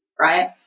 right